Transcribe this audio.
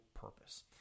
purpose